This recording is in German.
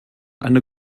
eine